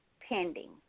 pending